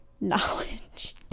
knowledge